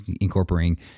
incorporating